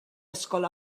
ysgol